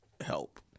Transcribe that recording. help